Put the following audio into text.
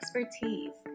expertise